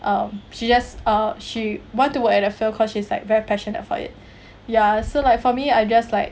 um she just uh she want to work at that field because she's like very passionate for it ya so like for me I just like